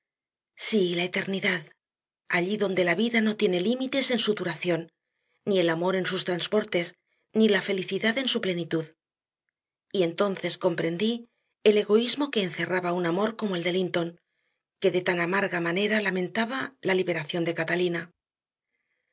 sí la eternidad allí donde la vida no tiene límites en su duración ni el amor en sus transportes ni la felicidad en su plenitud y entonces comprendí el egoísmo que encerraba un amor como el de linton que de tan amarga manera lamentaba la liberación de catalina